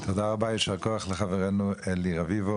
תודה רבה, יישר כוח לחברינו אלי רביבו,